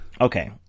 Okay